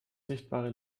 sichtbare